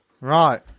Right